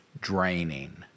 draining